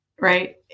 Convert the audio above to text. right